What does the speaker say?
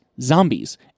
zombies